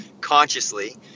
consciously